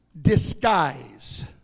disguise